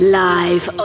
live